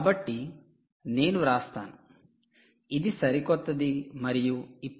కాబట్టి నేను వ్రాస్తాను ఇది సరికొత్తది మరియు ఇప్పుడు 5